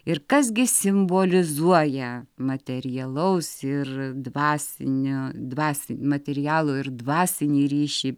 ir kas gi simbolizuoja materialaus ir dvasinio dvasi materialų ir dvasinį ryšį